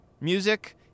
music